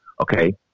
Okay